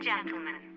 Gentlemen